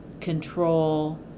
control